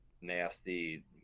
nasty